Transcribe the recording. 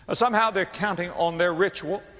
somehow they're counting on their ritual.